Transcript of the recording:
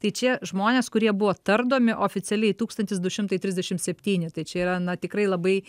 tai čia žmonės kurie buvo tardomi oficialiai tūkstantis du šimtai trisdešimt septyni tai čia yra na tikrai labai